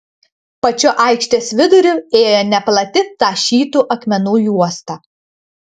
pačiu aikštės viduriu ėjo neplati tašytų akmenų juosta